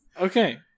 Okay